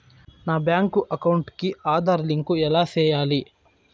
నా bank account కి Aadhaar link ఎలా సేయాలి